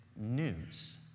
news